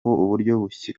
bushya